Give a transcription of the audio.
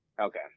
okay